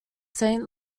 saint